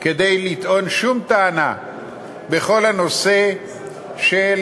כדי לטעון שום טענה בכל הנושא של